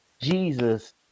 Jesus